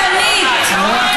בעזה?